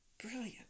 brilliant